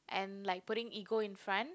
and like putting ego in front